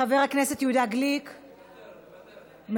חבר הכנסת יהודה גליק, מוותר.